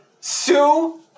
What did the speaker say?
Sue